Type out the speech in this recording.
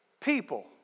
people